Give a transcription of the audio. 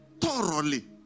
thoroughly